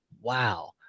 wow